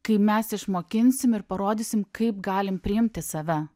kai mes išmokinsim ir parodysim kaip galim priimti save